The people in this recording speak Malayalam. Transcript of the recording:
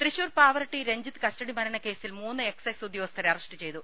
തൃശൂർ പാവറട്ടി രഞ്ജിത്ത് കസ്റ്റഡി മരണക്കേസിൽ മൂന്ന് എക്സൈസ് ഉദ്യോഗ്രസ്ഥരെ അറസ്റ്റ് ചെയ്തു